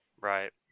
Right